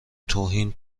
توهین